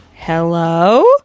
hello